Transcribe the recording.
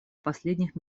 последних